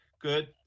Good